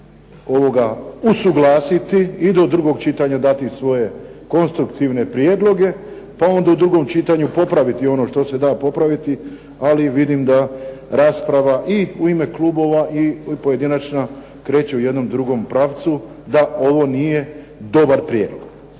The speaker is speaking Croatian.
ovoga usuglasiti i do drugog čitanja dati svoje konstruktivne prijedloge, pa onda u drugom čitanju popraviti ono što se da popraviti, ali vidim da rasprava i u ime klubova i pojedinačno kreće u jednom drugom pravcu da ovo nije dobar prijedlog.